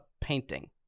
painting